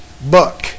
book